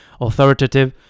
authoritative